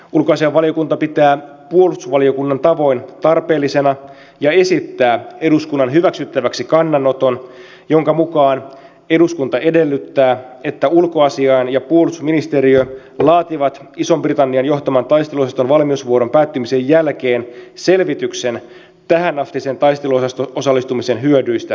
ulkoasiainvaliokunta pitää puolustusvaliokunnan tavoin tarpeellisena ja esittää eduskunnan hyväksyttäväksi kannanottoa jonka mukaan eduskunta edellyttää että ulkoasiain ja puolustusministeriö laativat ison britannian johtaman taisteluosaston valmiusvuoron päättymisen jälkeen selvityksen tähänastisen taisteluosasto osallistumisen hyödyistä suomelle